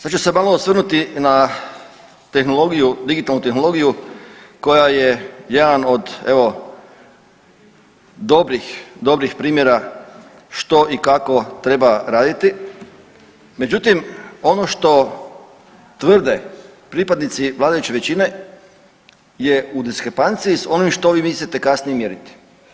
Sad ću se malo osvrnuti na tehnologiju, digitalnu tehnologiju koja je jedan od, evo, dobrih, dobrih primjera što i kako treba raditi, međutim ono što tvrde pripadnici vladajuće većine u diskrepanciji s onim što vi mislite kasnije mjeriti.